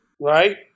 right